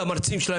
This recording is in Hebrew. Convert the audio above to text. למרצים שלהם,